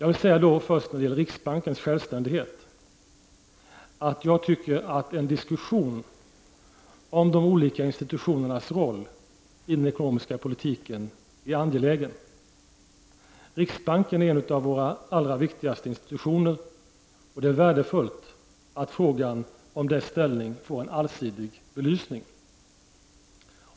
När det gäller riksbankens självständighet är en diskussion om de olika institutionernas roll i den ekonomiska politiken angelägen. Riksbanken är en av våra allra viktigaste institutioner, och det är värdefullt att frågan om dess ställning får en allsidig belysning.